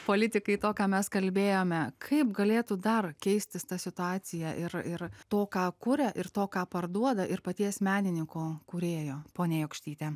politikai to ką mes kalbėjome kaip galėtų dar keistis ta situacija ir ir to ką kuria ir to ką parduoda ir paties menininko kūrėjo ponia jokštytė